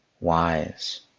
wise